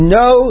no